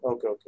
Okay